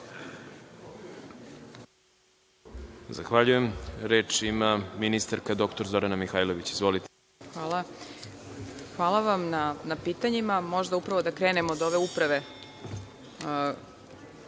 Zahvaljujem. Reč ima ministarka dr Zorana Mihajlović. Izvolite. **Zorana Mihajlović** Hvala. Hvala vam na pitanjima. Možda upravo da krenem od ove uprave.